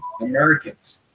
Americans